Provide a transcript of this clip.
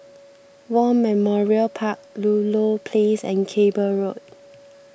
War Memorial Park Ludlow Place and Cable Road